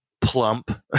plump